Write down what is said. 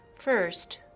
first,